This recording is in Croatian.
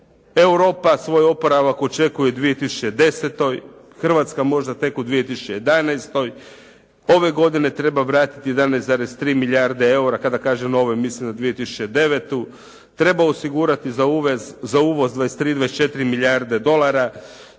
Europa svoj oporavak očekuje u 2010., Hrvatska možda tek u 2011., ove godine treba vratiti 11,3 milijarde eura. Kada kažem ove, mislim na 2009., treba osigurati za uvoz 23, 24 milijarde dolara